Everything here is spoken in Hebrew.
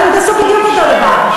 אבל אתם תעשו בדיוק אותו דבר.